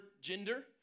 gender